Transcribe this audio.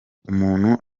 umuntu